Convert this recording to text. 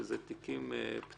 שזה תיקים פתוחים,